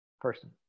person